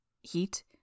Heat